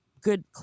good